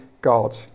God